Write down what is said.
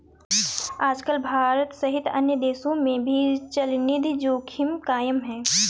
आजकल भारत सहित अन्य देशों में भी चलनिधि जोखिम कायम है